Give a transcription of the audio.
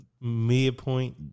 midpoint